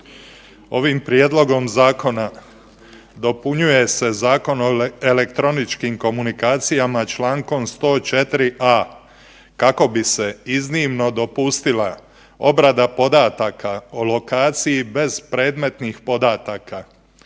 ovim prijedlogom zakona dopunjuje se Zakon o elektroničkim komunikacijama člankom 104a. kako bi se iznimno dopustila obrada podataka po lokaciji bez predmetnih podataka